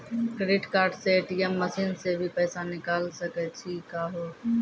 Credit card से ATM machine से भी पैसा निकल सकै छि का हो?